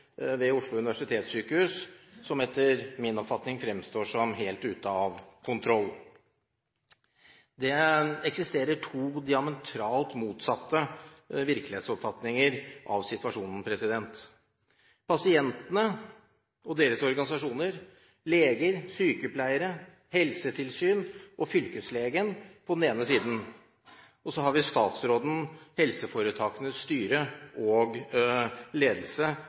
ved Oslo universitetssykehus etter min oppfatning fremstått som helt ute av kontroll. Det eksisterer to diametralt motsatte virkelighetsoppfatninger av situasjonen – pasientene og deres organisasjoner, leger, sykepleiere, helsetilsyn og fylkeslegen på den ene siden og statsråden, helseforetakenes styre og ledelse